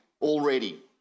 already